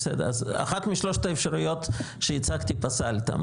אחת משלושת האפשרויות שהצעתי פסלת.